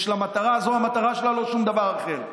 יש לה מטרה, זו המטרה שלה, לא שום דבר אחר.